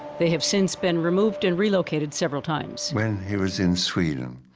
they have since been removed, and relocated several times. when he was in sweden